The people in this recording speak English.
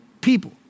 people